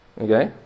Okay